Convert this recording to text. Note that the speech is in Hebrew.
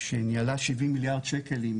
שניהלה שבעים מיליארד שקל עם